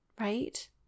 right